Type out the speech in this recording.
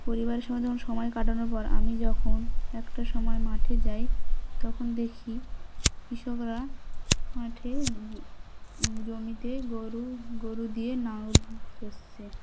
পরিবারের সঙ্গে যখন সময় কাটানোর পর আমি যখন একটা সময় মাঠে যাই তখন দেখি কৃষকরা মাঠে জমিতে গরু গরু দিয়ে নাঙল চসছে